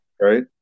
Right